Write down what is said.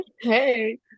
Hey